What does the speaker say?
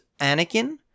Anakin